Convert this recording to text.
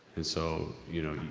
and so, you know,